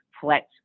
Flex